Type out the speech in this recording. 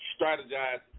strategize